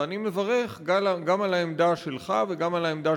ואני מברך גם על העמדה שלך וגם על העמדה